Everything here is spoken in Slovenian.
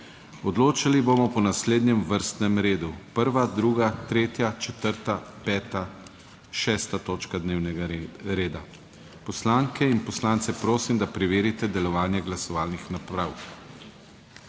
Odločali bomo po naslednjem vrstnem redu: 1., 2., 3., 4., 5. in 6. točka dnevnega reda. Poslanke in poslance prosim, da preverite delovanje glasovalnih naprav.